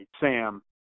Sam